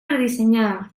redissenyada